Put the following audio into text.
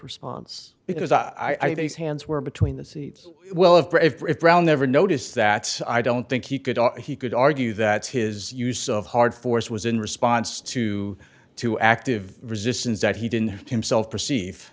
response because i think hands were between the seats well if brown never noticed that i don't think he could he could argue that his use of hard force was in response to too active resistance that he didn't himself perceive